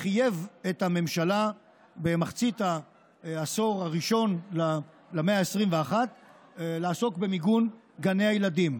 חייב את הממשלה במחצית העשור הראשון למאה ה-21 לעסוק במיגון גני הילדים.